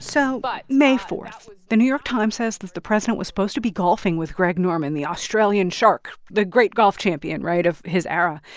so it but may four the new york times says that the president was supposed to be golfing with greg norman, the australian shark, the great golf champion right? of his era.